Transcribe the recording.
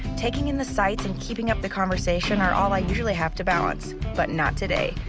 taking in the sights and keeping up the conversation are all like usually have to balance. but not today,